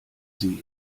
sie